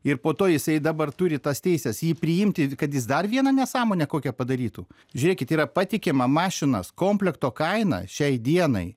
ir po to jisai dabar turi tas teises jį priimti kad jis dar vieną nesąmonę kokią padarytų žiūrėkit yra patikima mašinos komplekto kaina šiai dienai